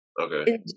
okay